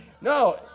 No